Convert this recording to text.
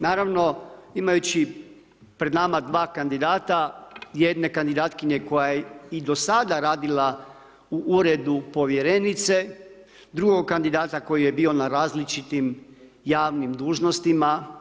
Naravno imajući pred nama dva kandidata, jedne kandidatkinje koja je i do sada radila u uredu povjerenice, drugog kandidata koji je bio na različitim javnim dužnostima.